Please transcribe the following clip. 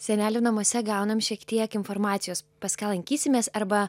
senelių namuose gaunam šiek tiek informacijos pas ką lankysimės arba